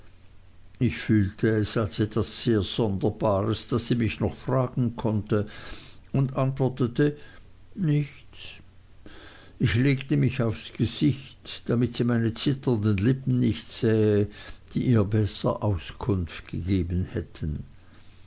ich fühlte es als etwas sehr sonderbares daß sie mich noch fragen konnte und antwortete nichts ich legte mich aufs gesicht damit sie meine zitternden lippen nicht sähe die ihr bessere auskunft gegeben hätten